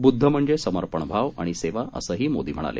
बुध्द म्हणजे समर्पण भाव आण सेवा असंही मोदी म्हणाले